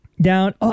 down